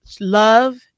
love